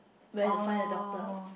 where to find the doctor